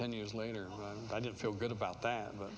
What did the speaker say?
ten years later i didn't feel good about that but